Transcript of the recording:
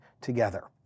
together